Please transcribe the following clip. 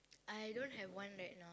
I don't have one right now